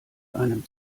einem